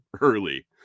early